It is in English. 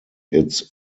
its